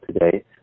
today